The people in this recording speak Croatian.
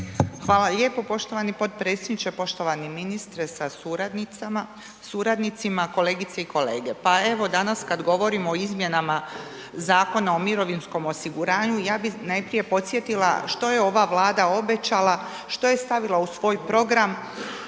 Hvala lijepo poštovani potpredsjedniče, poštovani ministre sa suradnicima, kolegice i kolege. Pa evo, danas kad govorimo o izmjenama Zakona o mirovinskom osiguranju ja bih najprije podsjetila što je ova Vlada obećala, što je stavila u svoj program,